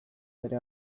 bere